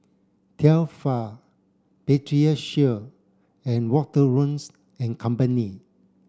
Tefal Pediasure and Wanderlust and Company